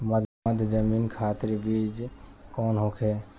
मध्य जमीन खातिर बीज कौन होखे?